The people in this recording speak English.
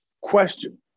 Question